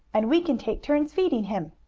and we can take turns feeding him.